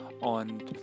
und